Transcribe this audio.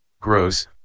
Gross